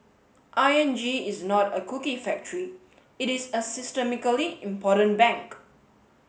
I N G is not a cookie factory it is a systemically important bank